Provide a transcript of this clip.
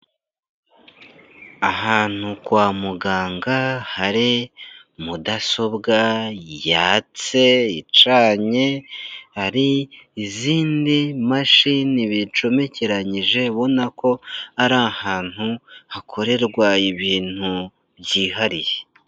Ahantu kwa muganga hari mudasobwa yatse, icanye, hari izindi mashini bincomekeranyije, ubonana ko ari ahantu hakorerwa ibintu byihariye.